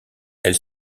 elle